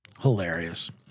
Hilarious